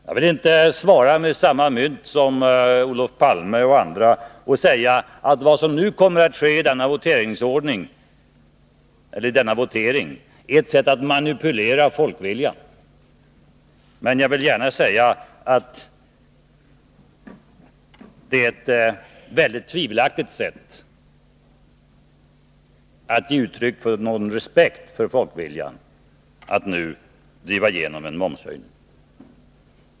Jag vill inte svara med samma mynt som Olof Palme och andra och säga att vad som kommer att ske i denna votering är ett sätt att manipulera folkviljan, men jag vill gärna säga att det är ett väldigt tvivelaktigt sätt att uttrycka respekt för folkviljan, att nu driva igenom en momshöjning.